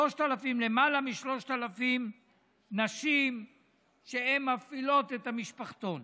יותר מ-3,000 נשים שמפעילות את המשפחתון.